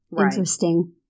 interesting